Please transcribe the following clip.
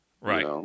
Right